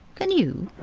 can you?